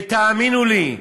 ותאמינו לי,